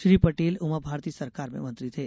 श्री पटेल उमाभारती सरकार में मंत्री थे